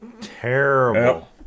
terrible